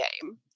game